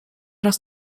raz